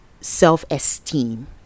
self-esteem